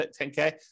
10K